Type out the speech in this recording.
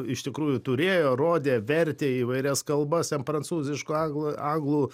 iš tikrųjų turėjo rodė vertė į įvairias kalbas ten prancūziškų anglų anglų